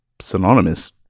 synonymous